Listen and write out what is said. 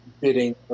bidding